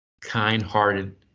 kind-hearted